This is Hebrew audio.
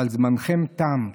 אבל זמנכם תם.